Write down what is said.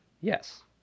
Yes